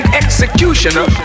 executioner